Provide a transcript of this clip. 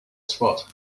spot